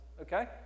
okay